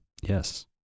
Yes